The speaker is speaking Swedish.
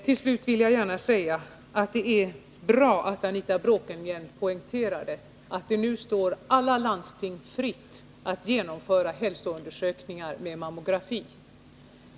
Till slut vill jag gärna säga att det är bra att Anita Bråkenhielm poängterade att det nu står alla landsting fritt att genomföra hälsoundersökningar med mammografi.